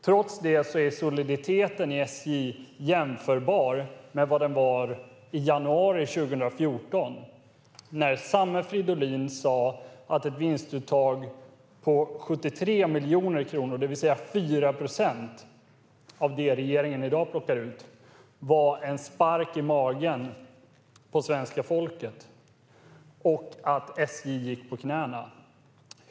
Trots det är soliditeten i SJ jämförbar med vad den var i januari 2014, när samme Fridolin sa att ett vinstuttag på 73 miljoner kronor, det vill säga 4 procent av det som regeringen i dag plockar ut, var en spark i magen på svenska folket och att SJ gick på knäna.